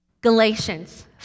galatians